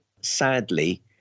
sadly